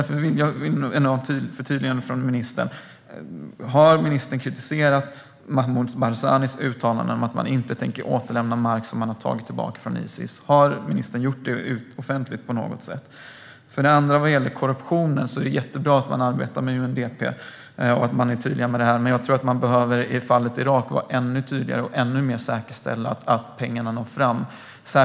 Jag vill därför ha ett förtydligande från ministern. Har ministern offentligt kritiserat Massoud Barzanis uttalande att man inte tänker återlämna mark som man har tagit tillbaka från IS? Vad gäller korruptionen är det jättebra att man arbetar med UNDP. Men i fallet Irak tror jag att man ännu mer behöver säkerställa att pengarna når fram.